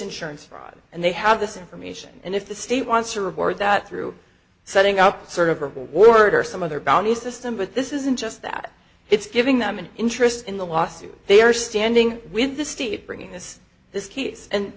insurance fraud and they have this information and if the state wants to report that through setting up a sort of reward or some other bounty system but this isn't just that it's giving them an interest in the lawsuit they are standing with the state bringing this this case and